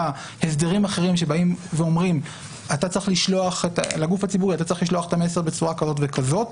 הסדרים אחרים שאומרים לגוף הציבורי לשלוח את המסר בצורה כזאת וכזאת,